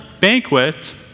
banquet